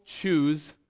choose